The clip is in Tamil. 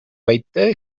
வைத்த